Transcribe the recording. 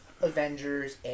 Avengers